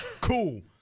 Cool